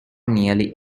nearly